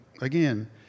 again